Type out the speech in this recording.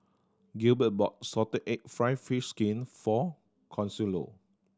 Gilbert bought salted egg fried fish skin for Consuelo